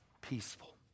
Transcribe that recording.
peaceful